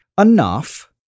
enough